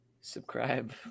Subscribe